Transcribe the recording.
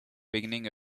beginning